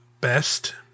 best